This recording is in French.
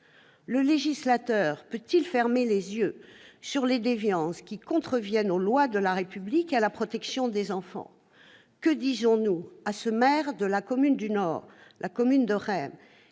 Le législateur peut-il fermer les yeux sur des déviances qui contreviennent aux lois de la République et à la protection des enfants ? Que disons-nous à ce maire de la commune de Raismes, dans le Nord,